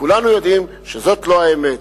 כולנו יודעים שזאת לא האמת.